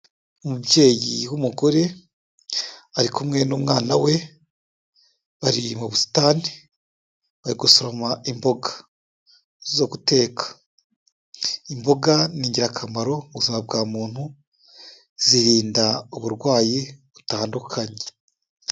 Umubyeyi w'umugore ari kumwe n'umwana we bari mu busitani, bari gusoroma imboga zo guteka. Imboga ni ingirakamaro mu buzima bwa muntu, zirinda uburwayi butandukanye.